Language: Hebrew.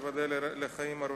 תיבדל לחיים ארוכים,